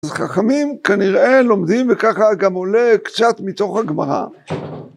אז חכמים כנראה לומדים וככה גם עולה קצת מתוך הגמרא